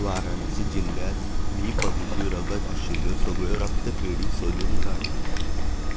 वारणसी जिल्ल्यात B positive रगत आशिल्ल्यो सगळ्यो रक्तपेडी सोदून काड